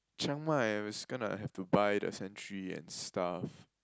Chiang-Mai is gonna have to buy the sanctuary and stuff